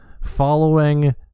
following